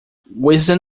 wisdom